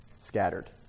scattered